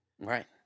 Right